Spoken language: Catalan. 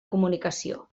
comunicació